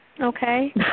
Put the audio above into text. okay